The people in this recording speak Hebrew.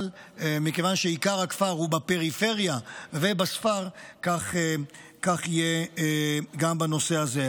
אבל מכיוון שעיקר הכפר הוא בפריפריה ובספר כך יהיה גם בנושא הזה.